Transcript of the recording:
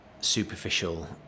superficial